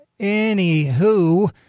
anywho